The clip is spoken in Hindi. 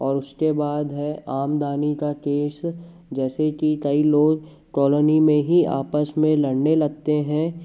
और उसके बाद है आम दानी का केस जैसे कि कई लोग कॉलोनी मे ही आपस में लड़ने लगते हैं